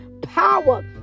power